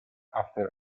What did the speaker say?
after